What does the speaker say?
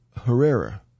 Herrera